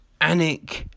Anik